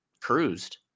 cruised